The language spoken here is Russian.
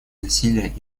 насилия